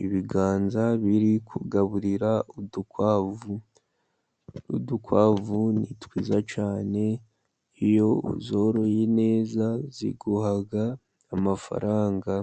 Ibiganza biri kugaburira udukwavu, udukwavu ni twiza cyane, iyo uzoroye neza ziguha amafaranga,